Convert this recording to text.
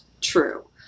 true